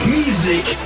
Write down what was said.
music